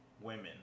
Women